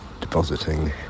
depositing